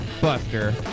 Buster